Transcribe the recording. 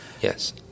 Yes